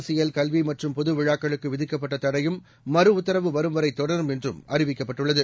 அரசியல் கல்விமற்றும்பொதுவிழாக்களுக்குவிதிக்கப்பட்டதடையு ம்மறுஉத்தரவுவரும்வரைதொடரும்என்றும்தெரிவிக்கப் பட்டுள்ளது